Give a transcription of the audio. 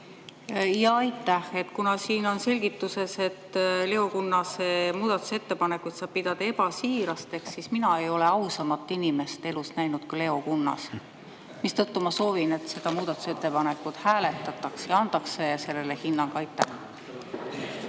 Aitäh! Kuna siin on selgituses, et Leo Kunnase muudatusettepanekuid saab pidada ebasiirasteks, ehkki mina ei ole ausamat inimest elus näinud kui Leo Kunnas, siis ma soovin, et seda muudatusettepanekut hääletataks ja antaks sellele hinnang. Aitäh!